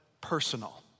personal